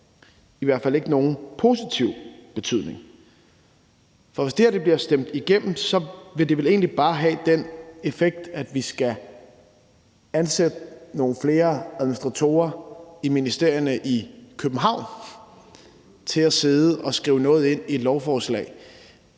i hvert fald ikke nogen positiv betydning. For hvis det her bliver stemt igennem, vil det vel egentlig bare have den effekt, at vi skal ansætte nogle flere administratorer i ministerierne i København til at sidde og skrive noget ind i et lovforslag,